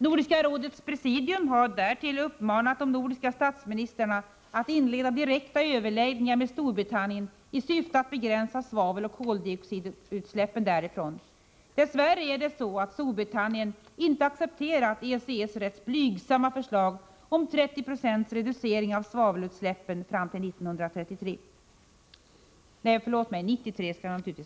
Nordiska rådets presidium har därtill uppmanat de nordiska statsministrarna att inleda direkta överläggningar med Storbritannien i syfte att begränsa svaveloch kväveoxidutsläppen därifrån. Dess värre accepterar inte Storbritannien ECE:s rätt blygsamma förslag om 30 96 reducering av svavelutsläppen fram till 1993.